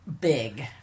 big